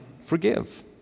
forgive